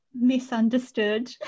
misunderstood